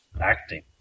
acting